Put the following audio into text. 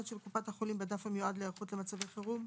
של קופת החולים בדף המיועד להיערכות למצבי חירום,